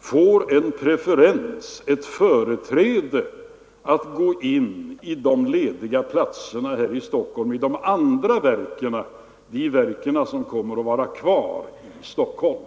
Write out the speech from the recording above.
få företräde till de lediga platserna i Stockholm i de andra verken, som kommer att vara kvar i Stockholm.